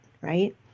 Right